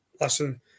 listen